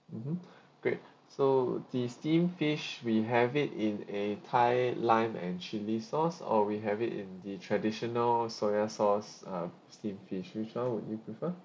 mmhmm great so the steam fish we have it in a thai lime and chili sauce or we have it in the traditional soya sauce uh steam fish which [one] would you prefer